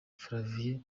flavia